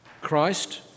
Christ